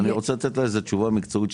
אני רוצה לתת לה איזה תשובה מקצועית,